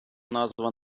назва